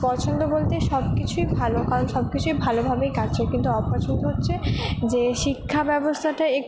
পছন্দ বলতে সব কিছুই ভালো কারণ সব কিছুই ভালোভাবেই কাটছে কিন্তু অপছন্দ হচ্ছে যে শিক্ষাব্যবস্থাটা একটু